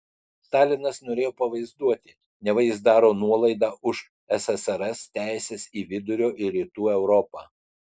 stalinas norėjo pavaizduoti neva jis daro nuolaidą už ssrs teises į vidurio ir rytų europą